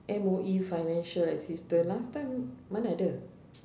M_O_E financial assistance last time mana ada